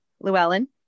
Llewellyn